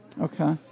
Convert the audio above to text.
Okay